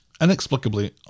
inexplicably